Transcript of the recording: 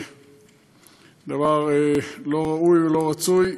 דבר לא ראוי ולא רצוי.